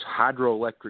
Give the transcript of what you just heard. hydroelectric